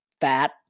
fat